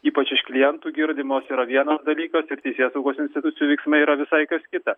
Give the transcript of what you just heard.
ypač iš klientų girdimos yra vienas dalykas ir teisėsaugos institucijų veiksmai yra visai kas kita